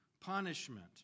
punishment